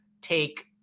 take